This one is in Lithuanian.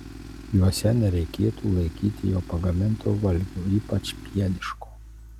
juose nereikėtų laikyti jau pagaminto valgio ypač pieniško